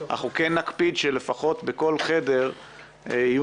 אנחנו כן נקפיד שלפחות בכל חדר יהיו